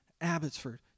Abbotsford